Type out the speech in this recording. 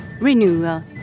renewal